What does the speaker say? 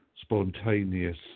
spontaneous